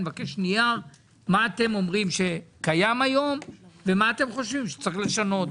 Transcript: אני מבקש נייר מה אתם אומרים שקיים היום ומה אתם חושבים שצריך לשנות.